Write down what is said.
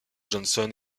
johnson